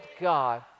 God